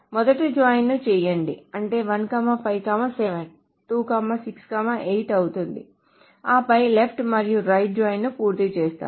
మొదటి జాయిన్ ను చేయండి అంటే 1 5 7 2 6 8 అవుతుంది ఆపై లెఫ్ట్ మరియు రైట్ జాయిన్ను పూర్తి చేస్తాము